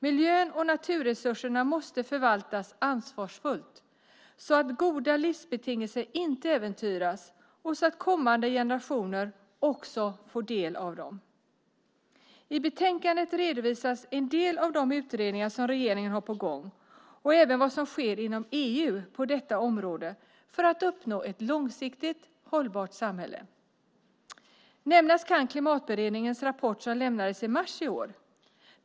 Miljön och naturresurserna måste förvaltas ansvarsfullt så att goda livsbetingelser inte äventyras och så att kommande generationer också får del av dem. I betänkandet redovisas en del av de utredningar som regeringen har på gång och även vad som sker inom EU på detta område för att uppnå ett långsiktigt hållbart samhälle. Nämnas kan Klimatberedningens rapport som lämnades i mars i år.